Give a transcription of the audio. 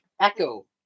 Echo